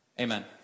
amen